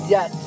Yes